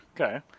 Okay